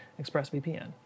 ExpressVPN